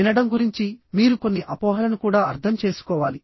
వినడం గురించి మీరు కొన్ని అపోహలను కూడా అర్థం చేసుకోవాలి